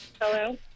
Hello